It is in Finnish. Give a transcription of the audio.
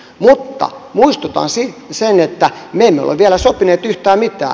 mutta muistutan sen että me emme ole vielä sopineet yhtään mitään